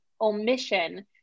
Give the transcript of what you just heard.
omission